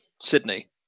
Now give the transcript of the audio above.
Sydney